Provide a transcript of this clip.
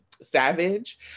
savage